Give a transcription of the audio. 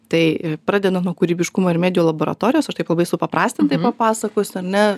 tai pradedant nuo kūrybiškumo ir medijų laboratorijos aš taip labai supaprastintai papasakosiu ar ne